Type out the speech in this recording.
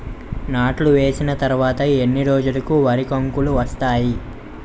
నాట్లు వేసిన తర్వాత ఎన్ని రోజులకు వరి కంకులు వస్తాయి?